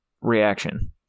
reaction